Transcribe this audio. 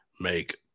make